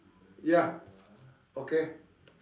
ya okay